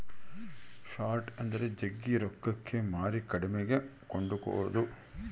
short ಎಂದರೆ ಜಗ್ಗಿ ರೊಕ್ಕಕ್ಕೆ ಮಾರಿ ಕಡಿಮೆಗೆ ಕೊಂಡುಕೊದು